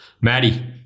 Maddie